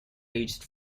aged